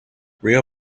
real